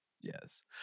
Yes